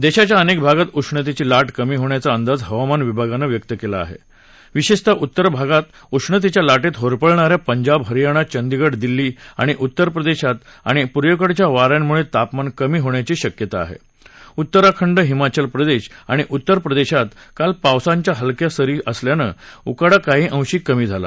दश्विच्या अनक्तभागात उष्णतत्त्वी लाट कमी होण्याचा अंदाज हवामान विभागानं व्यक्त कला आह विशत्त्विः उत्तर भागात उष्णतत्वि लाटक्टिहोरपळणाऱ्या पंजाब हरियाणा चंडीगढ दिल्ली आणि उत्तर प्रदक्षित आज पूर्वेकडच्या वाऱ्यांमुळं तापमान कमी होण्याची शक्यता आहक् उत्तराखंडहिमाचल प्रदध्वतआणि उत्तर प्रदध्वत प्रदध्वत काल पावसाच्या हलक्या सरी आल्यानं उकाडा काही अंशी कमी झाला